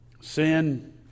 Sin